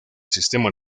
sistema